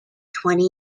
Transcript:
twenty